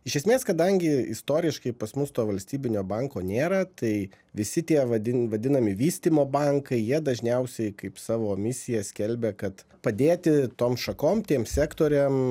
iš esmės kadangi istoriškai pas mus to valstybinio banko nėra tai visi tie vadin vadinami vystymo bankai jie dažniausiai kaip savo misiją skelbia kad padėti tom šakom tiem sektoriam